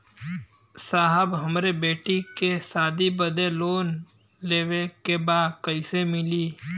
साहब हमरे बेटी के शादी बदे के लोन लेवे के बा कइसे मिलि?